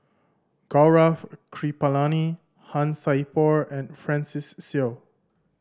Gaurav Kripalani Han Sai Por and Francis Seow